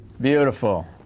Beautiful